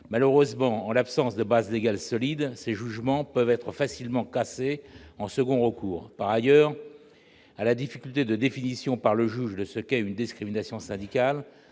Malheureusement, en l'absence de base légale solide, ces jugements peuvent être facilement cassés à l'occasion d'un second recours. Par ailleurs, à la difficulté de définition par le juge de ce qu'est une discrimination syndicale